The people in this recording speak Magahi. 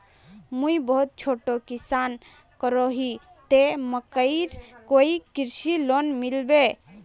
मुई बहुत छोटो किसान करोही ते मकईर कोई कृषि लोन मिलबे?